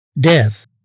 Death